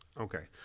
Okay